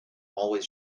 always